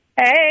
Hey